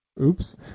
Oops